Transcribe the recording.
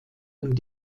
und